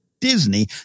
Disney